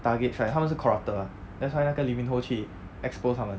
targets right 他们是 corrupted lah that's why 那个 lee min [ho] 他去 expose 他们